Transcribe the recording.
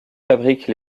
fabriquent